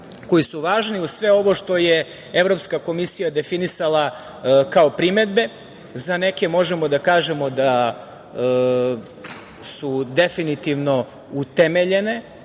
koji su važni uz sve ovo što je Evropska komisija definisala kao primedbe. Za neke možemo da kažemo da su definitivno utemeljene